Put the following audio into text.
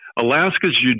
Alaska's